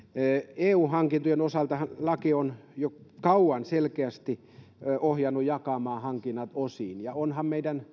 eu hankintojen osaltahan laki on jo kauan selkeästi ohjannut jakamaan hankinnat osiin ja onhan se meidän